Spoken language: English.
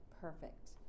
perfect